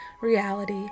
reality